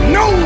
no